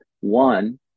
One